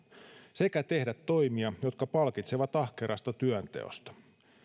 sekä tehdä toimia jotka palkitsevat ahkerasta työnteosta